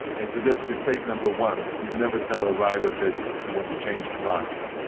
and so that's mistake number one. you never tell a writer that you want to change his lines.